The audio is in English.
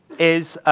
is